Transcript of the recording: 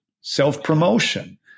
self-promotion